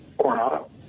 Coronado